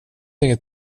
inget